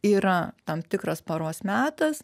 yra tam tikras paros metas